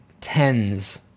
tens